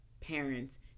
parents